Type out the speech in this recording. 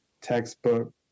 textbook